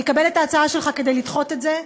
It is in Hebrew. אני אקבל את ההצעה שלך לדחות את זה,